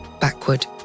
backward